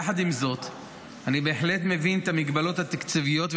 יחד עם זאת אני בהחלט מבין את המגבלות התקציביות,